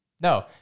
no